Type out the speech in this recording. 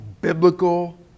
biblical